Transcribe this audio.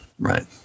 Right